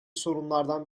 sorunlardan